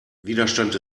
widerstand